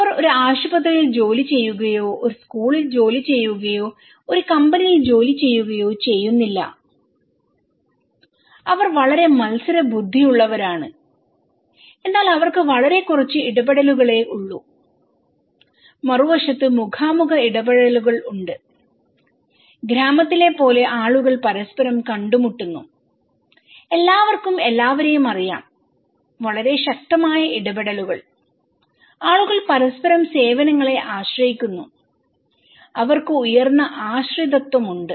അവർ ഒരു ആശുപത്രിയിൽ ജോലി ചെയ്യുകയോ ഒരു സ്കൂളിൽ ജോലി ചെയ്യുകയോ ഒരു കമ്പനിയിൽ ജോലി ചെയ്യുകയോ ചെയ്യുന്നില്ല അവർ വളരെ മത്സരബുദ്ധിയുള്ളവരാണ് എന്നാൽ അവർക്ക് വളരെ കുറച്ച് ഇടപെടലുകളേ ഉള്ളൂ മറുവശത്ത് മുഖാമുഖ ഇടപഴകലുകൾ ഉണ്ട് ഗ്രാമത്തിലെ പോലെ ആളുകൾ പരസ്പരം കണ്ടുമുട്ടുന്നു എല്ലാവർക്കും എല്ലാവരേയും അറിയാം വളരെ ശക്തമായ ഇടപെടലുകൾ ആളുകൾ പരസ്പരം സേവനങ്ങളെ ആശ്രയിക്കുന്നു അവർക്ക് ഉയർന്ന ആശ്രിതത്വമുണ്ട്